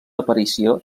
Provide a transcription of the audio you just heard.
aparició